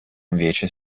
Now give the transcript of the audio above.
invece